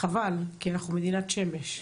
וחבל כי אנחנו מדינת שמש.